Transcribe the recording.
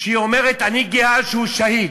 שהיא אומרת: אני גאה שהוא שהיד.